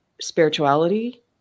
spirituality